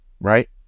right